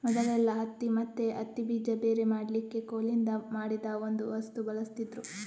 ಮೊದಲೆಲ್ಲಾ ಹತ್ತಿ ಮತ್ತೆ ಹತ್ತಿ ಬೀಜ ಬೇರೆ ಮಾಡ್ಲಿಕ್ಕೆ ಕೋಲಿನಿಂದ ಮಾಡಿದ ಒಂದು ವಸ್ತು ಬಳಸ್ತಿದ್ರು